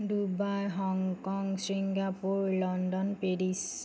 Dubai Hong Kong Singapore London Paris